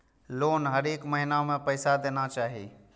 Loan हरेक महीना में पैसा देना चाहि?